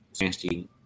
nasty